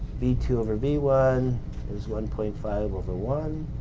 v two over v one is one point five over one